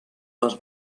les